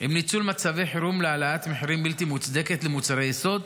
עם ניצול מצבי חירום להעלאת מחירים בלתי מוצדקת של מוצרי יסוד,